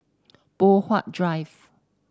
Poh Huat Drive